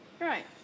Right